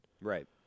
Right